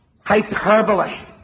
hyperbole